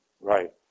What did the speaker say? right